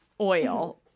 oil